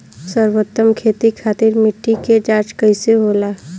सर्वोत्तम खेती खातिर मिट्टी के जाँच कइसे होला?